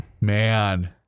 man